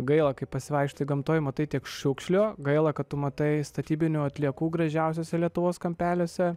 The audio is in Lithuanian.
gaila kai pasivaikštai gamtoj matai tiek šiukšlių gaila kad tu matai statybinių atliekų gražiausiose lietuvos kampeliuose